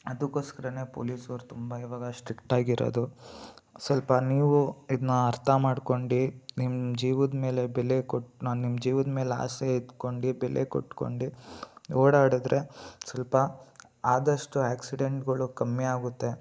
ಅದಕ್ಕೋಸ್ಕರನೇ ಪೋಲೀಸೋರು ತುಂಬ ಇವಾಗ ಸ್ಟ್ರಿಕ್ಟಾಗಿರೋದು ಸ್ವಲ್ಪ ನೀವು ಇದನ್ನ ಅರ್ಥ ಮಾಡ್ಕೊಂಡು ನಿಮ್ಮ ಜೀವದ್ ಮೇಲೆ ಬೆಲೆ ಕೊಟ್ಟು ನಾ ನಿಮ್ಮ ಜೀವದ್ ಮೇಲೆ ಆಸೆ ಇಟ್ಕೊಂಡು ಬೆಲೆ ಕೊಟ್ಕೊಂಡು ಓಡಾಡಿದ್ರೆ ಸ್ವಲ್ಪ ಆದಷ್ಟು ಆ್ಯಕ್ಸಿಡೆಂಟ್ಗಳು ಕಮ್ಮಿಯಾಗುತ್ತೆ